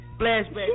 flashback